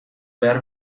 behar